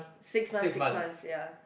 six months six months ya